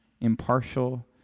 impartial